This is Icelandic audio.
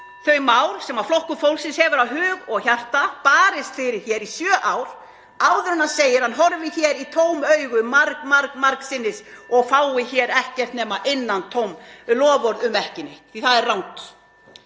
þau mál sem Flokkur fólksins hefur af hug og hjarta barist fyrir hér í sjö ár áður en hann segir að hann horfi hér í tóm augu marg-, margsinnis og fái hér ekkert nema innantóm loforð um ekki neitt, því að það er rangt.